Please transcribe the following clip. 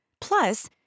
Plus